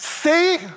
See